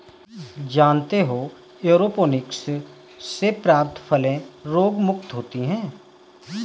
जानते हो एयरोपोनिक्स से प्राप्त फलें रोगमुक्त होती हैं